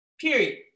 Period